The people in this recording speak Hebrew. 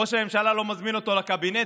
ראש הממשלה לא מזמין אותו לקבינט,